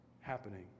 happening